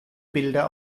bilder